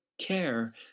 care